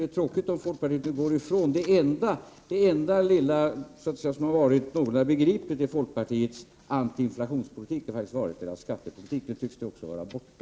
Det är tråkigt om folkpartiet nu går ifrån det enda lilla som så att säga har varit någorlunda begripligt i folkpartiets antiinflationspolitik, nämligen skattepolitiken. Också det tycks nu vara borta.